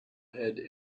had